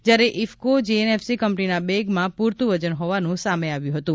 જ્યારે ઇફકો જીએનએફસી કંપનીના બેગમાં પૂરતું વજન હોવાનું સામે આવ્યું હતું